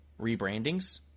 rebrandings